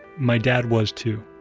my dad was too